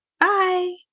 Bye